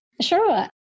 Sure